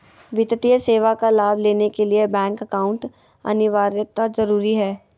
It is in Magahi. वित्तीय सेवा का लाभ लेने के लिए बैंक अकाउंट अनिवार्यता जरूरी है?